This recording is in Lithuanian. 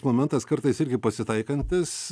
momentas kartais irgi pasitaikantis